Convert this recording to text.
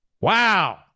Wow